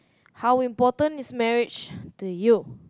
how important is marriage to you